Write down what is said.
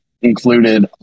included